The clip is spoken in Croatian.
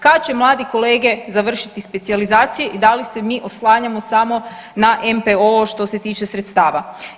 Kada će mladi kolege završiti specijalizacije i da li se mi oslanjamo samo na MPO što se tiče sredstava?